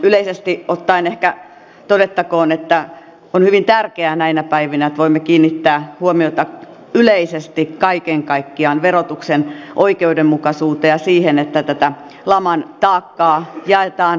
yleisesti ottaen ehkä todettakoon että on hyvin tärkeää näinä päivinä että voimme kiinnittää huomiota yleisesti kaiken kaikkiaan verotuksen oikeudenmukaisuuteen ja siihen että tätä laman taakkaa jaetaan reilummalla tavalla